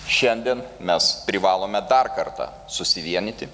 šiandien mes privalome dar kartą susivienyti